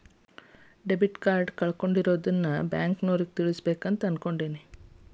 debit card ಕಳೆದುಕೊಂಡಿರುವುದನ್ನು bank ಗಮನಕ್ಕೆ ತರಲು ನಾನು ಬಯಸುತ್ತೇನೆ